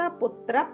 putra